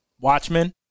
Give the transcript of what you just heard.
Watchmen